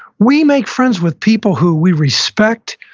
we make friends with people who we respect,